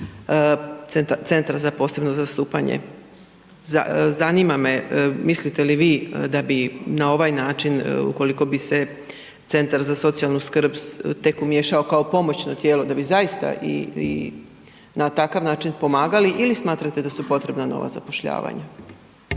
centra za posebno zastupanje. Zanima me, mislite li vi da bi na ovaj način, ukoliko bi se Centar za socijalnu skrb tek umiješao kao pomoćno tijelo, da bi zaista i na takav način pomagali ili smatrate da su potrebna nova zapošljavanja?